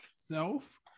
self